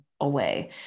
away